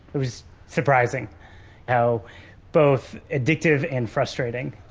it was surprising how both addictive and frustrating